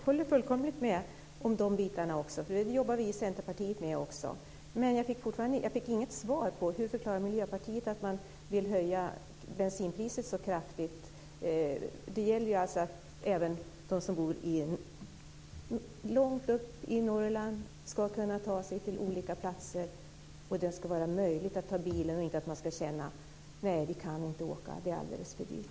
Herr talman! Jag håller fullständigt med också i de avseendena. Även vi i Centerpartiet jobbar med detta. Men jag fick inget svar på hur Miljöpartiet förklarar att man vill höja bensinpriset så kraftigt. Det gäller även för dem som bor långt upp i Norrland och som behöver kunna ta sig till olika platser med hjälp av bilen. Det ska vara möjligt för dem att ta bilen. De ska inte känna att de inte kan göra det därför att det blir alldeles för dyrt.